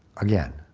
again.